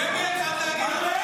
--- שקט, תומך טרור.